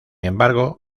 embargo